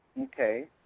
Okay